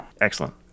Excellent